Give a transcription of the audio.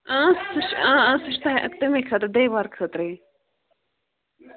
آ سُہ چھُ آ سُہ چھُ تۄہہِ تَمے خٲطرٕ دیوار خٲطرٕے